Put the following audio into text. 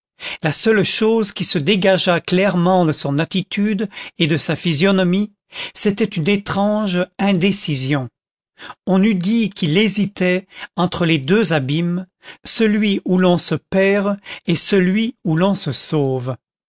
la seule chose qui se dégageât clairement de son attitude et de sa physionomie c'était une étrange indécision on eût dit qu'il hésitait entre les deux abîmes celui où l'on se perd et celui où l'on se sauve